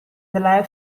della